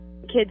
kids